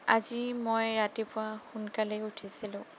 আজি মই ৰাতিপুৱা সোনকালে উঠিছিলোঁ